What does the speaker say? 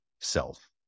self